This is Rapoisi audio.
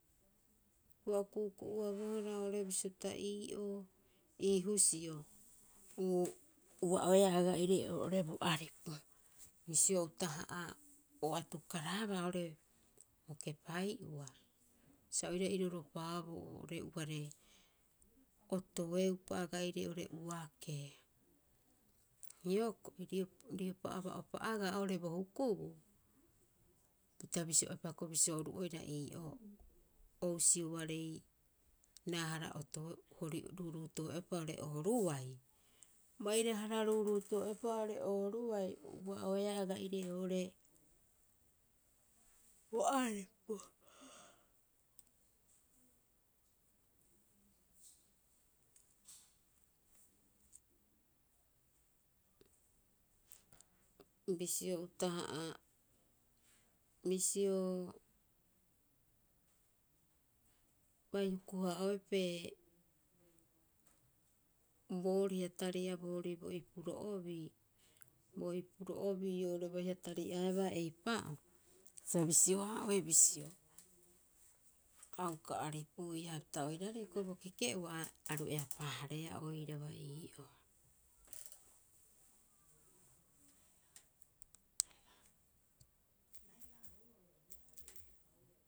Ua o ku'uku'uabohara oo'ore bisio pita ii'oo, ii husio uu ua'oeaa aga'ire oo'ore bo aripu. Bisio utaha'a o atukaraaba oo'ore bo kepai'ua, sa oira iroropaaboo oo'ore uare otoeupa aga'ire oo'ore uakee. Hioko'i riopa, riopa aba'uopa agaa oo'ore bo hukubuu, pita bisioepa bisio oru oira ii'oo, o husioarei raahara otoeu hori, ruuruuto'e'oepa oo'ore ooruai. Bairaahara ruuruuto'e'oepa oo'ore ooruai ua'oeaa aga'ire oo'ore bo aripu. Bisio utaha'a bisio bai hukuhaa'oepee booriha tari'a boorii bo ipuro'oobii, bo ipuro'oobi oo'ore baiha tari'aebaa eipa'oo, sa bisiohaa'ohe bisio a uka aripuia. Hapita oiraarei hioko'i bo keke'oa, aru eapaahreea oiraba ii'oo.